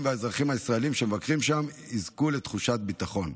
והאזרחים הישראלים שמבקרים שם יזכו לתחושת ביטחון.